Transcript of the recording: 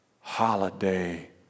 holiday